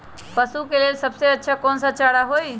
पशु के लेल सबसे अच्छा कौन सा चारा होई?